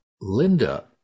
Linda